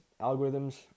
algorithms